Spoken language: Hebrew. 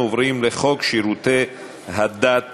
אנחנו עוברים להצעת חוק שירותי הדת